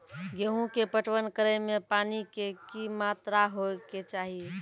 गेहूँ के पटवन करै मे पानी के कि मात्रा होय केचाही?